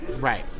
right